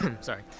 Sorry